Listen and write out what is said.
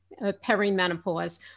perimenopause